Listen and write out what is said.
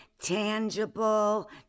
tangible